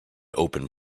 open